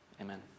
Amen